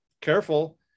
Careful